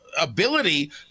ability